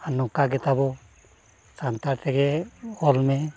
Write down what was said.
ᱟᱨ ᱱᱚᱝᱠᱟ ᱜᱮᱛᱟ ᱵᱚ ᱥᱟᱱᱛᱟᱲ ᱛᱮᱜᱮ ᱚᱞ ᱢᱮ